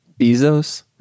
Bezos